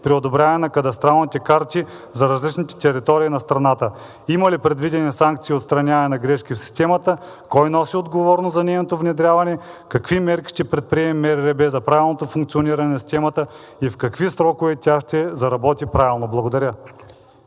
при одобряване на кадастралните карти за различни територии на страната? Има ли предвидени санкции и отстраняване на грешки в системата? Кой носи отговорност за нейното внедряване? Какви мерки ще предприеме МРРБ за правилното функциониране на системата и в какви срокове тя ще заработи правилно? Благодаря.